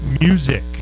Music